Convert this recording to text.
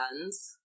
guns